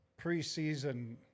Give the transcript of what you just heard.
preseason